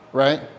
right